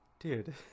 Dude